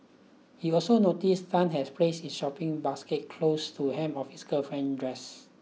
he also noticed Tan had placed his shopping basket close to hem of his girlfriend's dress